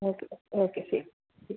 okay okay ശരി ശരി